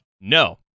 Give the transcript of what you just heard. No